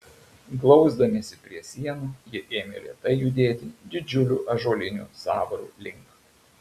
glausdamiesi prie sienų jie ėmė lėtai judėti didžiulių ąžuolinių sąvarų link